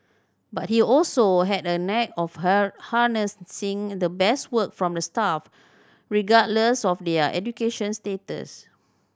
but he also had a knack of her harnessing the best work from the staff regardless of their education status